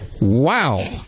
Wow